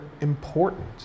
important